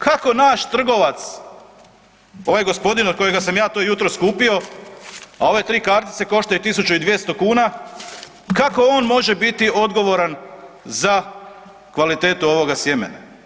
Kako naš trgovac, ovaj gospodin od kojega sam ja to jutros kupio, a ove 3 kartice koštaju 1200 kn, kako on može biti odgovoran za kvalitetu ovoga sjemena?